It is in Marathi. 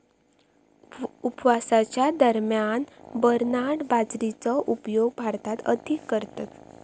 उपवासाच्या दरम्यान बरनार्ड बाजरीचो उपयोग भारतात अधिक करतत